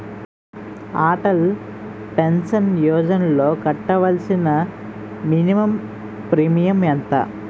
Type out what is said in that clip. Atal pension యోజనలో కట్టవలసిన minimum premium ఎంత?